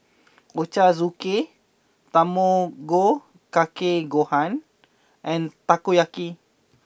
Ochazuke Tamago Kake Gohan and Takoyaki